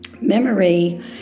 Memory